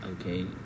Okay